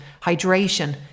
hydration